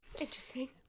interesting